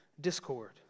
discord